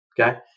okay